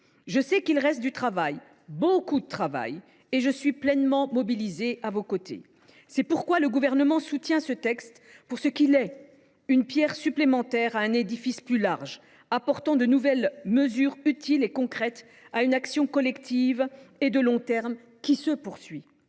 Je sais qu’il reste du travail, beaucoup de travail, et je suis pleinement mobilisée à vos côtés pour en venir à bout. C’est pourquoi le Gouvernement soutient ce texte pour ce qu’il est : une pierre supplémentaire d’un édifice plus large, apportant de nouvelles mesures utiles et concrètes à une action collective et de long terme qui se poursuit.